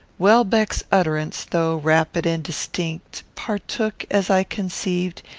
welbeck's utterance, though rapid and distinct, partook, as i conceived,